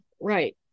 right